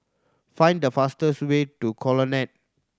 find the fastest way to Colonnade